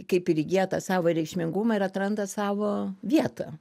kaip ir įgyja tą savo reikšmingumą ir atranda savo vietą